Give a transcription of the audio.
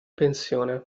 pensione